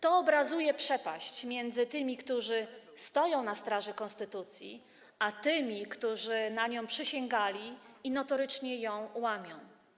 To obrazuje przepaść między tymi, którzy stoją na straży konstytucji, a tymi, którzy na nią przysięgali i notorycznie ją łamią.